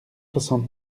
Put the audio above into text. soixante